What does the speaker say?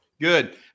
Good